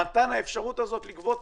במתן האפשרות הזאת לגבות